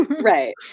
Right